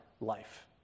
life